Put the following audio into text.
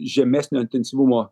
žemesnio intensyvumo